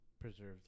preserved